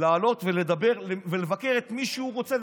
לעלות ולדבר ולבקר את מי שהוא רוצה,